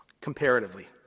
Comparatively